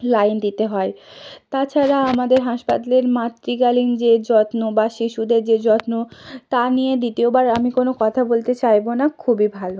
line দিতে হয় তাছাড়া আমাদের হাসপাতালের মাতৃকালীন যে যত্ন বা শিশুদের যে যত্ন তা নিয়ে দ্বিতীয়বার আমি কোনো কথা বলতে চাইব না খুবই ভালো